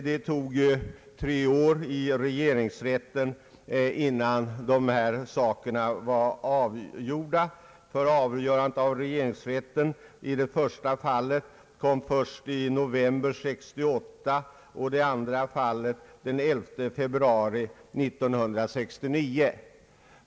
Det tog tre år innan dessa mål var avgjorda i regeringsrätten. Avgörandet i det första fallet kom först i november 1968 och i det andra fallet den 11 februari 1969.